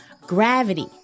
gravity